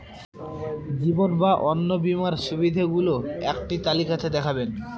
জীবন বা অন্ন বীমার সুবিধে গুলো একটি তালিকা তে দেখাবেন?